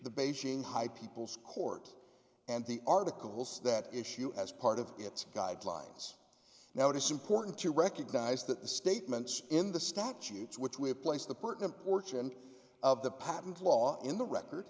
the beijing high people's court and the articles that issue as part of its guidelines now it is important to recognise that the statements in the statutes which we have placed the pertinent portion of the patent law in the record